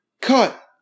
cut